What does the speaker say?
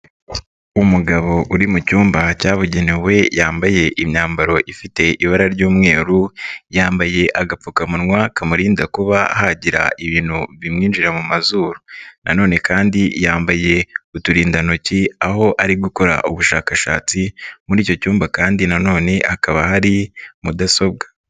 Umugabo uri mu cyumba cyabugenewe yambaye imyambaro ifite ibara ry'umweru, yambaye agapfukamunwa kamurinda kuba hagira ibintu bimwinjira mu mazuru nanone kandi yambaye uturindantoki aho ari gukora ubushakashatsi, muri icyo cyumba kandi nanone hakaba hari mudasobwa.